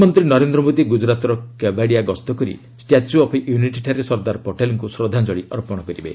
ପ୍ରଧାନମନ୍ତ୍ରୀ ନରେନ୍ଦ୍ର ମୋଦି ଗୁଜରାତ୍ର କେବାରିଆ ଗସ୍ତ କରି ଷ୍ଟାଚ୍ୟୁ ଅଫ୍ ୟୁନିଟି ଠାରେ ସର୍ଦ୍ଦାର୍ ପଟେଲ୍ଙ୍କୁ ଶ୍ରଦ୍ଧାଞ୍ଚଳି ଅର୍ପଣ କରିବେ